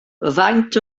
faint